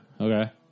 Okay